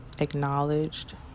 acknowledged